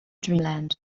dreamland